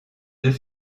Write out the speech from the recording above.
deux